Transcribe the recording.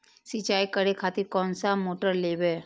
सीचाई करें खातिर कोन सा मोटर लेबे?